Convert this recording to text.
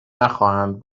نخواهند